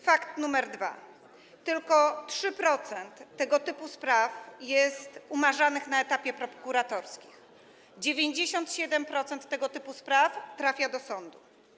Fakt nr 2: Tylko 3% tego typu spraw jest umarzanych na etapie prokuratorskim, 97% tego typu spraw trafia do sądu.